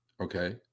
okay